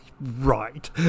Right